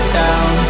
down